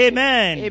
Amen